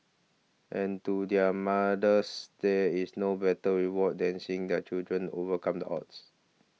and to their mothers there is no better reward than seeing their children overcome the odds